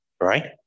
Right